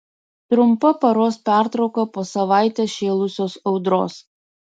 trumpa paros pertrauka po savaitę šėlusios audros